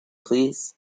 please